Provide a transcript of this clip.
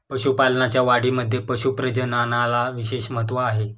पशुपालनाच्या वाढीमध्ये पशु प्रजननाला विशेष महत्त्व आहे